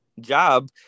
job